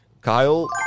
Kyle